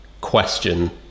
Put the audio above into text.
question